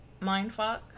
mindfuck